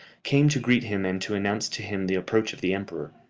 came to greet him and to announce to him the approach of the emperor.